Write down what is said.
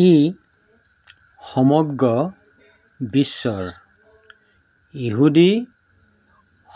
ই সমগ্ৰ বিশ্বৰ ইহুদী